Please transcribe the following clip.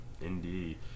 Indeed